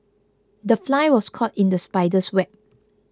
the fly was caught in the spider's web